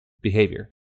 Behavior